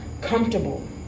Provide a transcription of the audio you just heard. comfortable